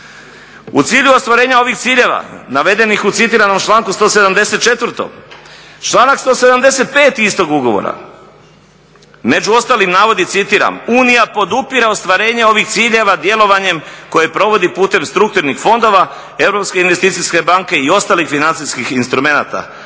U cilju ostvarenja ovih ciljeva navedenih u citiranom članku 174., članak 175. istog ugovora među ostalim navodi "Unija podupire ostvarenje ovih ciljeva djelovanjem koji provodi putem strukturnih fondova Europske investicijske banke i ostalih financijskih instrumenata."